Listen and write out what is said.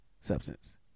Substance